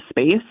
space